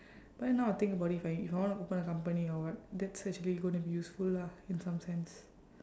but then now I think about it if I if I want to open a company or what that's actually gonna be useful lah in some sense